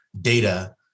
data